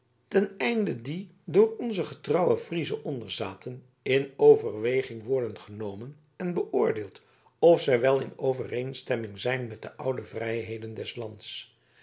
ten einde die door onze getrouwe friesche onderzaten in overweging worden genomen en beoordeeld of zij wel in overeenstemming zijn met de oude vrijheden des lands